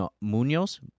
Munoz